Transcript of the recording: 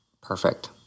Perfect